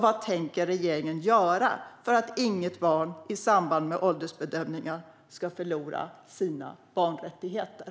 Vad tänker regeringen göra för att inget barn i samband med åldersbedömningar ska förlora sina barnrättigheter?